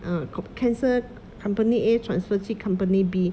uh co~ cancel company A transfer 去 company B